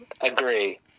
Agree